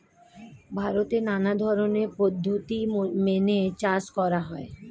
ভারতে নানা ধরনের পদ্ধতি মেনে চাষ করা হয়